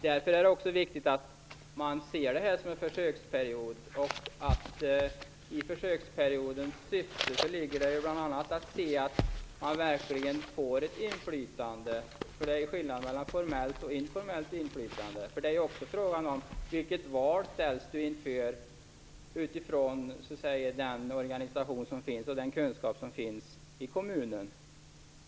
Därför är det viktigt att man ser det här som en försöksperiod, och i försöksperiodens syfte ligger det bl.a. att se till att man verkligen får ett inflytande. Det är skillnad mellan formellt och informellt inflytande. Det är ju också fråga om vilket val man ställs inför utifrån den organisation och den kunskap som finns i kommunen.